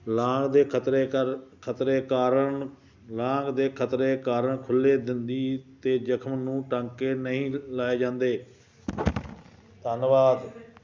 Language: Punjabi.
ਲਾਗ ਦੇ ਖਤਰੇ ਕਰ ਖਤਰੇ ਕਾਰਨ ਲਾਗ ਦੇ ਖਤਰੇ ਕਾਰਨ ਖੁੱਲ੍ਹੇ ਦੰਦੀ ਦੇ ਜ਼ਖ਼ਮ ਨੂੰ ਟਾਂਕੇ ਨਹੀਂ ਲਾਏ ਜਾਂਦੇ ਧੰਨਵਾਦ